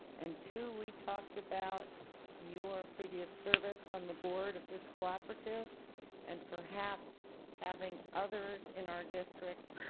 and two, we talked about your previous service on the board of this cooperative and perhaps having others in our district